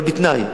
אבל בתנאי,